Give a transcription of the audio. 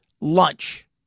lunch